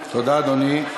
תודה, אדוני.